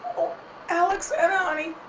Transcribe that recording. alex and ani,